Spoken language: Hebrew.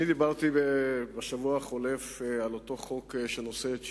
אני דיברתי בשבוע החולף על אותו חוק שנושא את שמי,